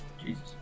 Jesus